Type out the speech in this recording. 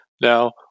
Now